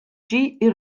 ġie